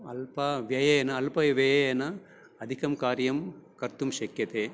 अल्पव्ययेन अल्पव्ययेन अधिकं कार्यं कर्तुं शक्यते